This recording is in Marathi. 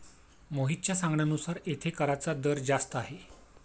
मोहितच्या सांगण्यानुसार येथे कराचा दर जास्त आहे